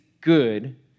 good